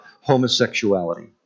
homosexuality